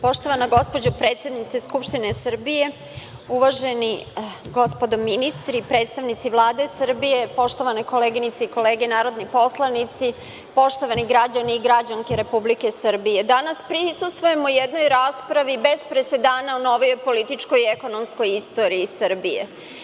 Poštovana gospođo predsednice Skupštine Srbije, uvažena gospodo ministri i predstavnici Vlade Srbije, poštovane koleginice i kolege narodni poslanici, poštovani građani i građanke Republike Srbije, danas prisustvujemo jednoj raspravi bez presedana u novoj političkoj i ekonomskoj istoriji Srbije.